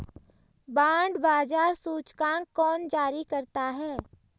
Bond बाजार सूचकांक कौन जारी करता है?